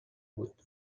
بود